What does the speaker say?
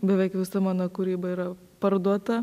beveik visa mano kūryba yra parduota